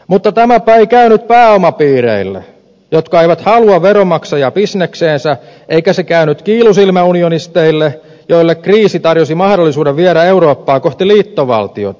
mutta tämäpä ei käynyt pääomapiireille jotka eivät halua veronmaksajia bisnekseensä eikä se käynyt kiilusilmäunionisteille joille kriisi tarjosi mahdollisuuden viedä eurooppaa kohti liittovaltiota